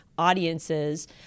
audiences